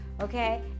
okay